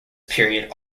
period